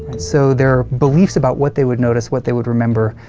so their beliefs about what they would notice, what they would remember,